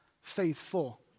faithful